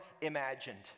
imagined